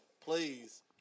please